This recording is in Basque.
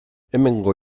hemengo